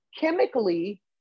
chemically